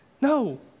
No